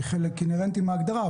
היא חלק אינהרנטי מההגדרה,